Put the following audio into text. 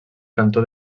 cantó